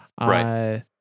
Right